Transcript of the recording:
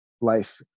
life